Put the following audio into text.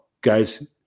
guys